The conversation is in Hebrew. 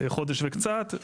חודש וקצת,